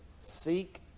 Seek